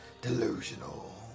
Delusional